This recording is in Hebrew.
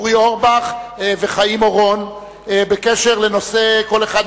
אורבך וחיים אורון בקשר לנושא כל אחד